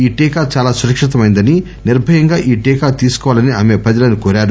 ఈ టీకా చాలా సురక్షితమైందని నిర్భయంగా ఈ టీకా తీసుకోవాలని ఆమె కోరారు